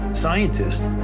scientists